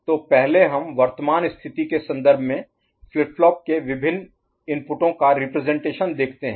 तो पहले हम वर्तमान स्थिति के संदर्भ में फ्लिप फ्लॉप के विभिन्न इनपुटों का रिप्रजेंटेशन देखते हैं